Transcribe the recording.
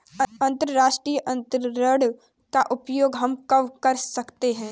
अंतर्राष्ट्रीय अंतरण का प्रयोग हम कब कर सकते हैं?